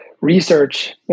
research